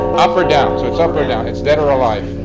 up or down. so it's up or down. it's dead or alive.